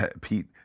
pete